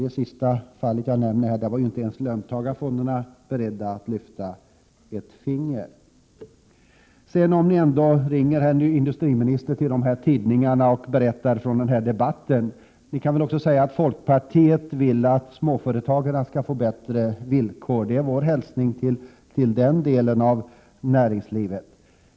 När det gäller Utansjö var ju inte ens löntagarfonderna beredda att lyfta ett finger. Om ni, herr industriminister, ändå ringer till tidningarna och berättar om denna debatt, kan ni väl också säga att folkpartiet vill att småföretagarna skall få bättre villkor. Det är vår hälsning till denna del av näringslivet.